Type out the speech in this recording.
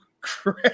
crap